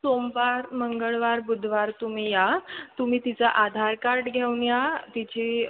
सोमवार मंगळवार बुधवार तुम्ही या तुम्ही तिचं आधार कार्ड घेऊन या तिची